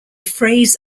phrase